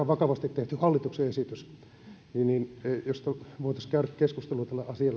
vakavasti tehty hallituksen esitys niin jospa voitaisiin käydä keskustelua